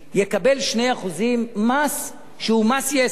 הוא יקבל 2% מס שהוא מס יסף.